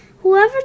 Whoever